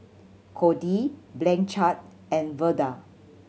Codi Blanchard and Verda